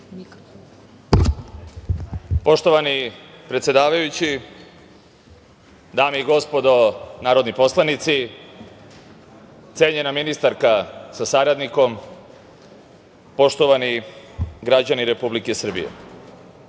Poštovani predsedavajući, dame i gospodo narodni poslanici, cenjena ministarka sa saradnikom, poštovani građani Republike Srbije,